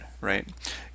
Right